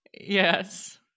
Yes